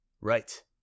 Right